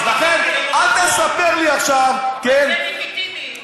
אז לכן אל תספר לי עכשיו, אבל זה לגיטימי.